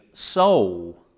soul